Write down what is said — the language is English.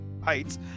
heights